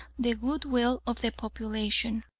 the goodwill of the population.